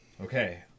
Okay